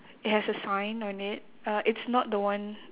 it has a sign on it uh it's not the one